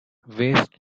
waste